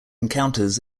encounters